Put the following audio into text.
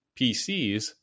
PCs